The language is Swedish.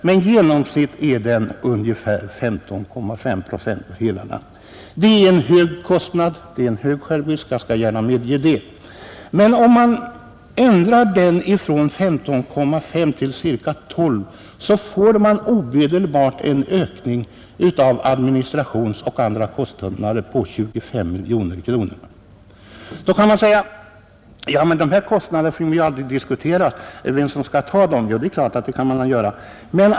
Men genomsnittligt för hela landet är den som sagt 15,5 procent. Jag medger gärna att det är en hög självrisk. Men om man ändrar den från 15,5 till ungefär 12 procent, så får man omedelbart en ökning av administrationsoch andra kostnader på 25 miljoner kronor. Nu kan man invända att vi aldrig har diskuterat vem som skall bära de kostnaderna, och det är klart att man kan göra det.